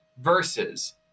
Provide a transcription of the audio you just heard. Versus